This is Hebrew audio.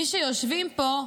מי שיושבים פה,